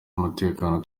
umutekano